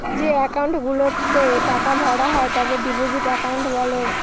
যে একাউন্ট গুলাতে টাকা ভরা হয় তাকে ডিপোজিট একাউন্ট বলে